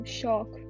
shock